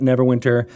Neverwinter